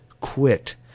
quit